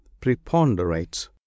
preponderates